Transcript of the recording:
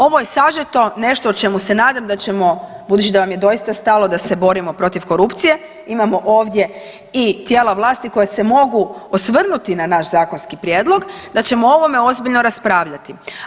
Ovo je sažeto nešto o čemu se nadam da ćemo budući da vam je doista stalo da se borimo protiv korupcije, imamo ovdje i tijela vlasti koja se mogu osvrnuti na naš zakonski prijedlog da ćemo o ovome ozbiljno raspravljati.